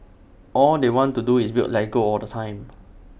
all they want to do is build Lego all the time